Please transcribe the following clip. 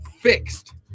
fixed